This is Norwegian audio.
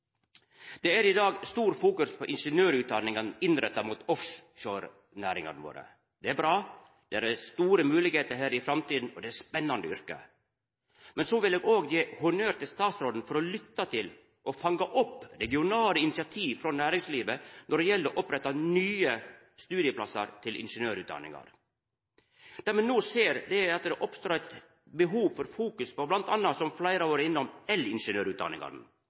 Det er i dag stort fokus på ingeniørutdanningane som er innretta mot offshorenæringane våre, og det er bra. Det er store moglegheiter her i framtida, og det er spennande yrke. Men eg vil òg gi honnør til statsråden for å lytta til og fanga opp regionale initiativ frå næringslivet når det gjeld å oppretta nye studieplassar til ingeniørutdanningar. No ser me at det oppstår eit behov for fokus på bl.a. el-ingeniørutdanningane, som fleire har vore